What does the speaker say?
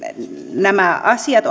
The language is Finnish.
nämä asiat